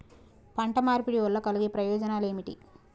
పంట మార్పిడి వల్ల కలిగే ప్రయోజనాలు ఏమిటి?